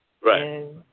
Right